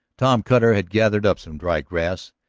tom cutter had gathered up some dry grass,